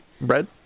Bread